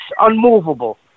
unmovable